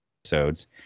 episodes